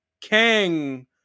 Kang